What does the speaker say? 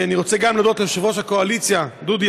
אני רוצה להודות גם ליושב-ראש הקואליציה דודי